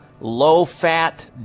low-fat